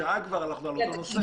שעה כבר על אותו נושא.